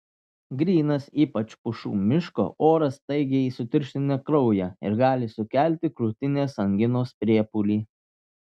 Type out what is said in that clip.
grynas ypač pušų miško oras staigiai sutirština kraują ir gali sukelti krūtinės anginos priepuolį